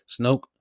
Snoke